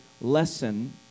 lesson